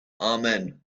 amen